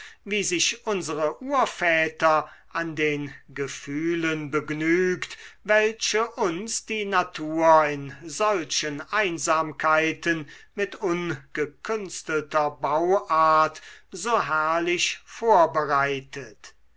wie sich unsere urväter an den gefühlen begnügt welche uns die natur in solchen einsamkeiten mit ungekünstelter bauart so herrlich vorbereitet